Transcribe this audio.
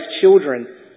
children